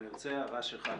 אני רוצה את ההערה שלך לזה,